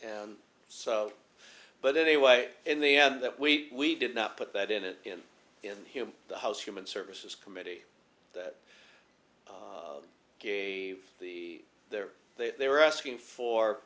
and so but anyway in the end that we did not put that in in in the house human services committee that gave the there they they were asking for